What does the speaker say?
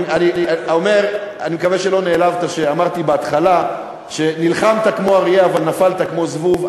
אני מקווה שלא נעלבת כשאמרתי בהתחלה שנלחמת כמו אריה אבל נפלת כמו זבוב,